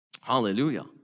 hallelujah